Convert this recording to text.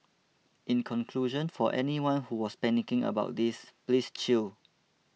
in conclusion for anyone who was panicking about this please chill